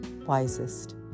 wisest